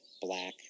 black